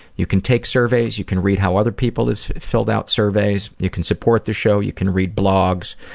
you can take surveys, you can read how other people have filled out surveys, you can support the show, you can read blogs.